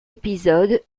épisode